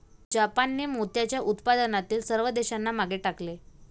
जापानने मोत्याच्या उत्पादनातील सर्व देशांना मागे टाकले